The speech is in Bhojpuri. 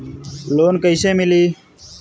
लोन कइसे मिली?